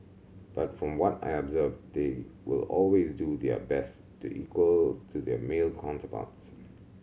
but from what I observed they will always do their best to equal to their male counterparts